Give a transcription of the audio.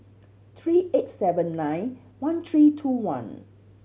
three eight seven nine one three two one